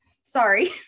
Sorry